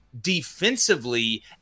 defensively